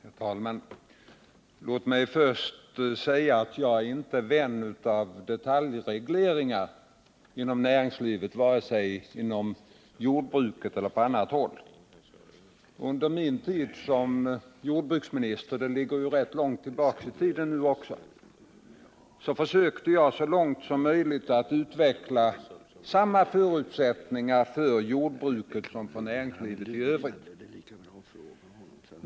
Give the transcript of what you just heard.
Herr talman! Låt mig först säga att jag inte är någon vän av detaljregleringar inom näringslivet, varken inom jordbruket eller på annat håll. Under min tid som jordbruksminister — det ligger ju rätt långt tillbaka i tiden — försökte jag så långt möjligt att utveckla samma förutsättningar för jordbruket som för näringslivet i övrigt.